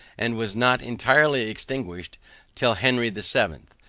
and was not entirely extinguished till henry the seventh,